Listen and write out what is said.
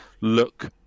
look